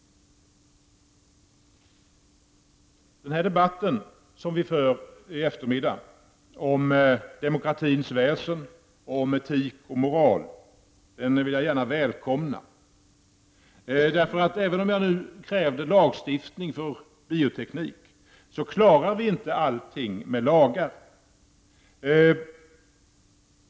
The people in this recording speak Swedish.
Den debatt som vi för här i eftermiddag om demokratins väsen och om etik och moral vill jag gärna välkomna. Även om jag kräver lagstiftning för biotekniken, är jag medveten om att vi inte klarar allting med lagar.